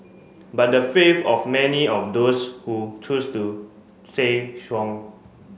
but the faith of many of those who choose to say strong